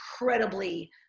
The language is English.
incredibly